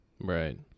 Right